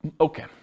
Okay